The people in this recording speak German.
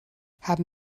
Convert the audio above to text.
haben